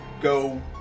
go